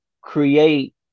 create